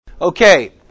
Okay